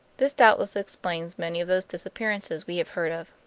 this doubtless explains many of those disappearances we have heard of.